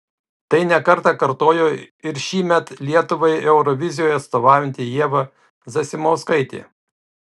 tai ne kartą kartojo ir šįmet lietuvai eurovizijoje atstovaujanti ieva zasimauskaitė